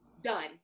done